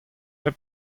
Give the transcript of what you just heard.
bep